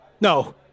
No